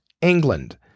England